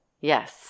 Yes